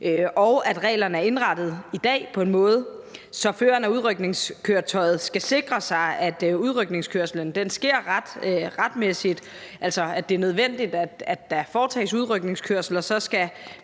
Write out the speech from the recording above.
og at reglerne i dag er indrettet på en måde, så føreren af udrykningskøretøjet skal sikre sig, at udrykningskørslen sker retmæssigt, altså at det er nødvendigt, at der foretages udrykningskørsel, og det